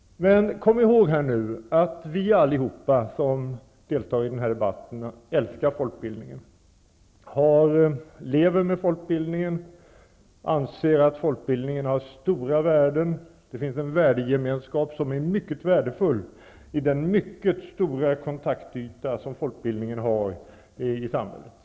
Men kom ihåg att vi allihop som deltar i den här debatten älskar folkbildningen, lever med folkbildningen och anser att folkbildningen har stora värden. Det finns en värdegemenskap som är mycket värdefull i den mycket stora kontaktyta som folkbildningen har i samhället.